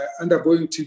undergoing